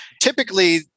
Typically